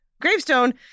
gravestone